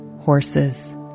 horses